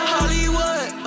Hollywood